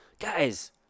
Guys